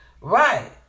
Right